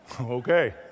Okay